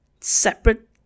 separate